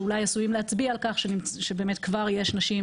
שאולי עשויים להצביע על כך שכבר יש נשים